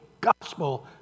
gospel